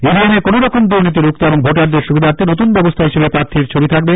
EVM এ কোনওরকম দুর্নীতি রুখতে এবং ভোটারদের সুবিধার্থে নতুন ব্যবস্থা হিসেবে প্রার্থীর ছবি থাকবে